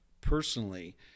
personally